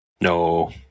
No